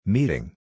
Meeting